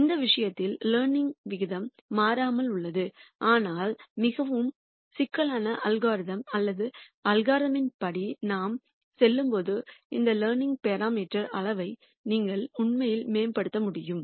இந்த விஷயத்தில் லேர்னிங்விகிதம் மாறாமல் உள்ளது ஆனால் மிகவும் சிக்கலான அல்காரிதம் அல்லது அல்காரிதமின் படி நாம் செல்லும்போது இந்த லேர்னிங் பராமீட்டர் அளவை நீங்கள் உண்மையில் மேம்படுத்த முடியும்